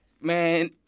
man